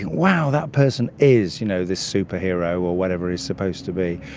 wow, that person is you know this superhero or whatever he's supposed to be,